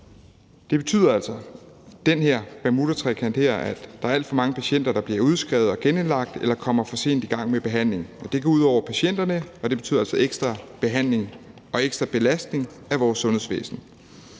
her bermudatrekant – at der er alt for mange patienter, der bliver udskrevet og genindlagt eller kommer for sent i gang med behandlingen, og det går ud over patienterne, og det betyder altså ekstra behandling og ekstra belastning af vores sundhedsvæsen.